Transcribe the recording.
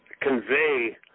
convey